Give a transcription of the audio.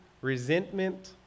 resentment